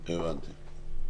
הבנתי.